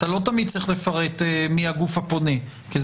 אז